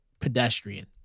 pedestrian